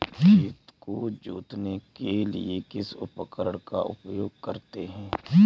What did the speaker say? खेत को जोतने के लिए किस उपकरण का उपयोग करते हैं?